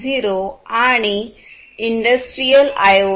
0 आणि industrial IoT Industry 4